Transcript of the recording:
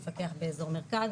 מפקח באזור מרכז,